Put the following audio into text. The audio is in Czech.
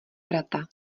vrata